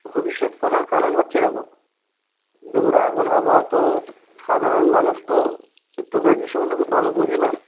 ভবিষ্যৎ করার কারণ হচ্ছে দেখো দেখুন এখন আবহাওয়া তো সাধারণ মানুষ তো ক্রিপ্টোকারেন্সি সম্বন্ধে খুব ভালো বোঝে না